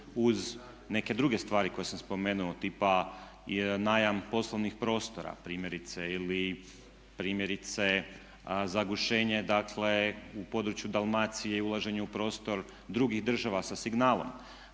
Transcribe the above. uz neke druge stvari koje sam spomenuo, tipa najam poslovnih prostora primjerice ili zagušenje dakle u području Dalmacije i ulaženje u prostor drugih država sa signalom.